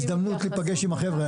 הזדמנות להיפגש עם החבר'ה,